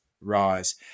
rise